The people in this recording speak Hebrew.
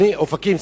אופקים.